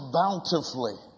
bountifully